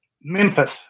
Memphis